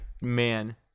man